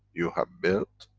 you have built,